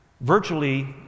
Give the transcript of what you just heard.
virtually